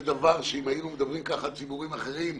זה דבר שאם היינו מדברים כך על ציבורים אחרי,